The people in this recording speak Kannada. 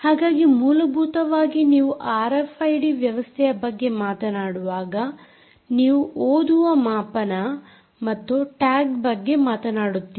ಹಾಗಾಗಿ ಮೂಲಭೂತವಾಗಿ ನೀವು ಆರ್ಎಫ್ಐಡಿ ವ್ಯವಸ್ಥೆಯ ಬಗ್ಗೆ ಮಾತನಾಡುವಾಗ ನೀವು ಓದುವ ಮಾಪನ ಮತ್ತು ಟ್ಯಾಗ್ ಬಗ್ಗೆ ಮಾತನಾಡುತ್ತೀರಿ